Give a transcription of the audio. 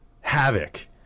havoc